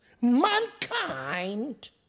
mankind